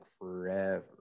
forever